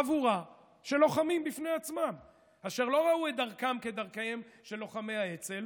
חבורה של לוחמים בפני עצמם אשר לא ראו את דרכם כדרכיהם של לוחמי האצ"ל